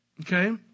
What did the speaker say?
Okay